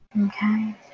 Okay